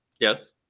yes